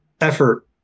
effort